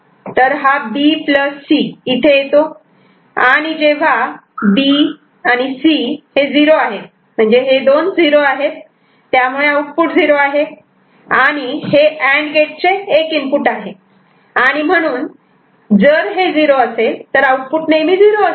तर हा B C इथे येतो आणि जेव्हा B C 0 हे दोन 0 आहेत त्यामुळे आउटपुट 0 आहे आणि हे ह्या अँड गेटचे चे एक इनपुट आहे आणि म्हणून जर हे 0 असेल तर आउटपुट नेहमी 0 असेल